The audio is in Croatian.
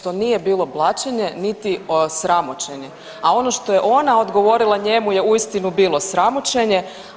To nije bilo blaćenje niti sramoćenje, a ono što je ona odgovorila njemu je uistinu bilo sramoćenje.